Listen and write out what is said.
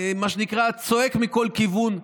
מה שנקרא, צועק מכל כיוון,